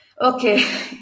Okay